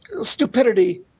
stupidity